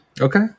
Okay